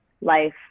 life